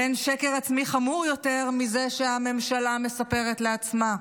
ואין שקר עצמי חמור יותר מזה שהממשלה מספרת לעצמה,